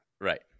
Right